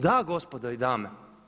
Da gospodo i dame?